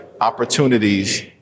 opportunities